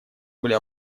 были